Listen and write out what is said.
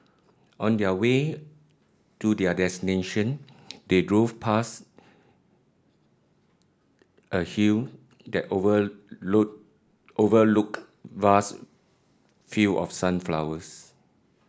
on the way to their destination they drove past a hill that overlooked overlook vast field of sunflowers